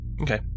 Okay